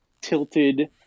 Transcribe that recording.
tilted